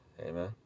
Amen